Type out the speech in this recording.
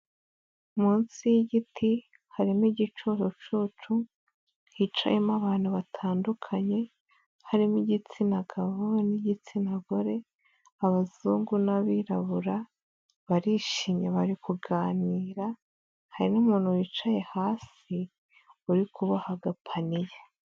Munsi y'igiti harimo igicucucucu, hicayemo abantu batandukanye harimo igitsina gabo nigitsina gore, abazungu n'abirabura, barishimye bari kuganira hari numuntu wicaye hasi uri kuboha agapaniye.